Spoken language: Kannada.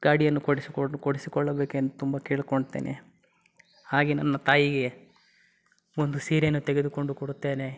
ಗಾಡಿಯನ್ನು ಕೊಡಿಸಿಕೊಡು ಕೊಡಿಸಿಕೊಳ್ಳಬೇಕೆಂದು ತುಂಬ ಕೇಳ್ಕೊಳ್ತೇನೆ ಹಾಗೇ ನನ್ನ ತಾಯಿಗೆ ಒಂದು ಸೀರೆಯನ್ನು ತೆಗೆದುಕೊಂಡು ಕೊಡುತ್ತೇನೆ